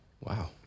Wow